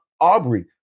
Aubrey